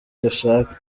dushaka